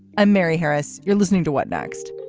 i'm mary harris. you're listening to what next.